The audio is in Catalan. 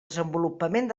desenvolupament